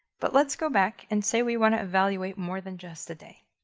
but let's go back and say we want to evaluate more than just a day.